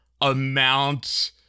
amount